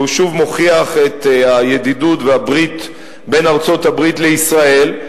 והוא שוב מוכיח את הידידות והברית בין ארצות-הברית לישראל.